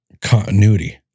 continuity